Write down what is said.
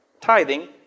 Tithing